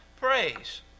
praise